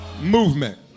movement